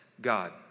God